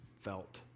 felt